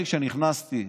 כשנכנסתי,